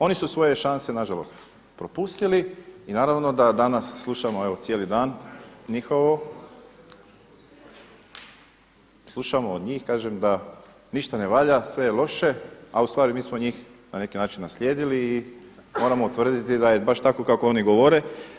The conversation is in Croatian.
Oni su svoje šanse nažalost propustili i naravno da danas slušamo evo cijeli dan njihovo, slušamo od njih ništa ne valja, sve je loše a ustvari mi smo njih na neki način naslijedili i moramo utvrditi da je baš tako kako oni govore.